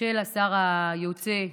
של השר היוצא,